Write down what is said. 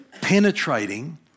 penetrating